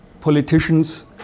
politicians